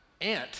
ant